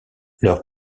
leur